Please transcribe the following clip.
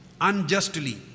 unjustly